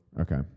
Okay